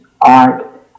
art